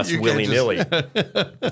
willy-nilly